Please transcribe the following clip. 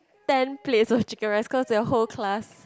ten plates of chicken rice because they are whole class